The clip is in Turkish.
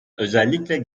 özellikle